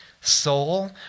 Soul